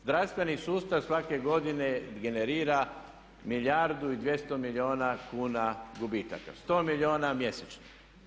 Zdravstveni sustav svake godine generira milijardu i 200 milijuna kuna gubitaka, 100 milijuna mjesečno.